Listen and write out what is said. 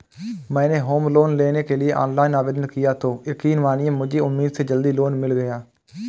मैंने home loan लेने के लिए ऑनलाइन आवेदन किया तो यकीन मानिए मुझे उम्मीद से जल्दी लोन मिल गया